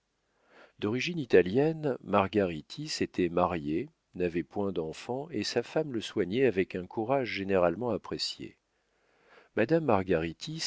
d'origine italienne margaritis était marié n'avait point d'enfant et sa femme le soignait avec un courage généralement apprécié madame